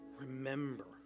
remember